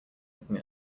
looking